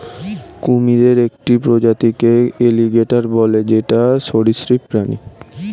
কুমিরের একটি প্রজাতিকে এলিগেটের বলে যেটি সরীসৃপ প্রাণী